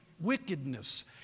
wickedness